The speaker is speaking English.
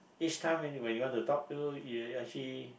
each time when you when you want to talk to you will actually